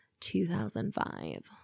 2005